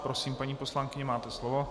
Prosím, paní poslankyně, máte slovo.